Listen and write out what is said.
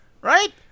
right